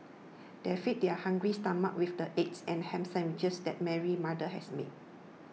they fed their hungry stomachs with the egg and ham sandwiches that Mary's mother has made